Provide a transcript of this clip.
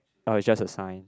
oh it's just a sign